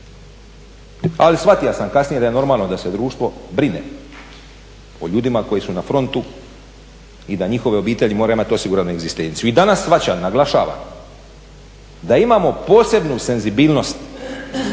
Ali shvatio sam kasnije da je normalno da se društvo brine o ljudima koji su na frontu i da njihove obitelji moraju imati osiguranu egzistenciju. I danas shvaćam, naglašavam, da imamo posebnu senzibilnost